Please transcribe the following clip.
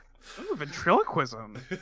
Ventriloquism